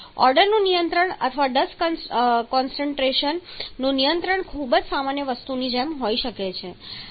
ઓડોરનું નિયંત્રણ અથવા dust concentration નું નિયંત્રણ ખૂબ જ સામાન્ય વસ્તુની જેમ હોઈ શકે છે